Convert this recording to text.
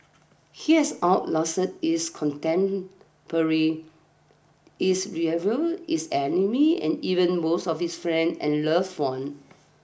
he has out lasted his contemporary his rivals his enemies and even most of his friends and loved ones